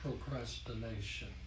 procrastination